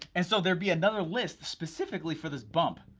and so there'd be another list specifically for this bump,